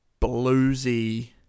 bluesy